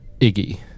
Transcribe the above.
Iggy